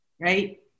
right